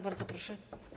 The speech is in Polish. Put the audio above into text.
Bardzo proszę.